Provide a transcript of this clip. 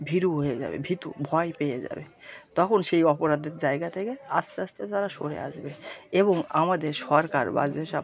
ভিরু হয়ে যাবে ভিতু ভয় পেয়ে যাবে তখন সেই অপরাধের জায়গা থেকে আস্তে আস্তে তারা সরে আসবে এবং আমাদের সরকার বা যেসব